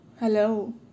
hello